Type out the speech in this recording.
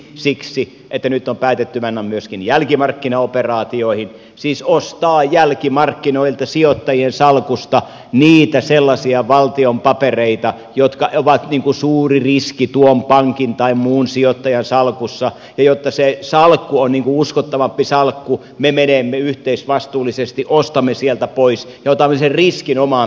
siksi että nyt on päätetty mennä myöskin jälkimarkkinaoperaatioihin siis ostaa jälkimarkkinoilta sijoittajien salkusta niitä sellaisia valtion papereita jotka ovat suuri riski tuon pankin tai muun sijoittajan salkussa ja jotta se salkku on uskottavampi salkku me menemme yhteisvastuullisesti ostamme sieltä pois ja otamme sen riskin omaan piikkiimme